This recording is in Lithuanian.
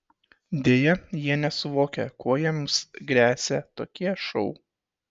deja jie nesuvokia kuo jiems gresia tokie šou